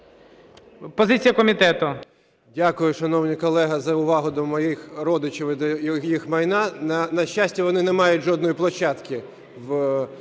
Дякую, шановні колеги, за увагу до моїх родичів і до їх майна. На щастя, вони не мають жодної площадки в своїй